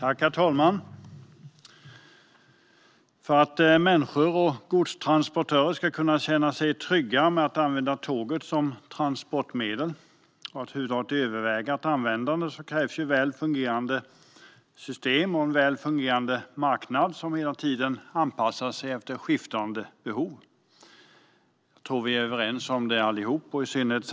Herr talman! För att människor och godstransportörer ska kunna känna sig trygga med att använda tåget som transportmedel krävs väl fungerande system och en fungerande marknad som hela tiden anpassar sig efter de skiftande behoven. Jag tror att vi alla är överens om detta.